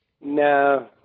No